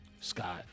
Scott